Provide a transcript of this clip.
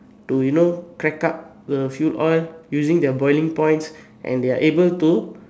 to you know crack up the fuel oil using their boiling points and they're able to